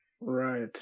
right